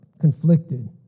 Conflicted